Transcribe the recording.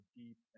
deep